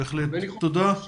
בהחלט, תודה.